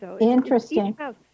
Interesting